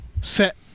set